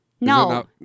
no